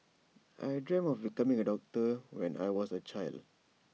I dreamt of becoming A doctor when I was A child